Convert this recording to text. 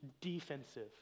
defensive